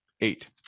Eight